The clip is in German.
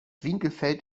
winkelfeld